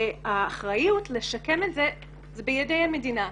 האחריות לשקם את זה היא בידי המדינה.